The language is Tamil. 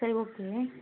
சரி ஓகே